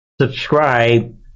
subscribe